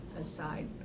aside